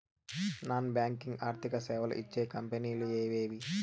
Non banking ఆర్థిక సేవలు ఇచ్చే కంపెని లు ఎవేవి?